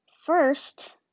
First